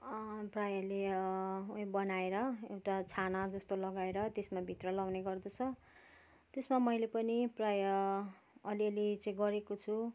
प्रायःले उयो बनाएर एउटा छानाजस्तो लगाएर त्यसमा भित्र लगाउने गर्दछौँ त्यसमा मैले पनि प्रायः अलिअलि चाहिँ गरेको छु